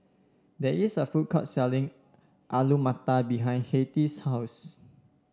there is a food court selling Alu Matar behind Hattie's house